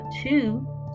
two